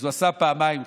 אז הוא עשה פעמיים חג.